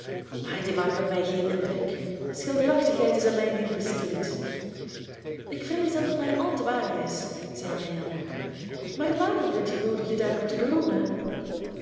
maar die maken op mij geen indruk schilderachtigheid is aan mij niet besteed ik vrees dat het maar al te waar is zei marianne maar waarom vind je t noodig je daarop te beroemen